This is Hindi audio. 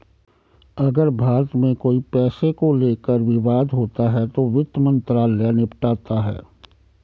अगर भारत में कोई पैसे को लेकर विवाद होता है तो वित्त मंत्रालय निपटाता है